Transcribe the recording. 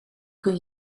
kun